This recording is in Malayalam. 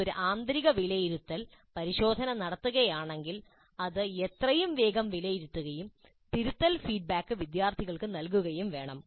നിങ്ങൾ ഒരു ആന്തരിക വിലയിരുത്തൽ പരിശോധന നടത്തുകയാണെങ്കിൽ അത് എത്രയും വേഗം വിലയിരുത്തുകയും തിരുത്തൽ ഫീഡ്ബാക്ക് വിദ്യാർത്ഥികൾക്ക് നൽകുകയും വേണം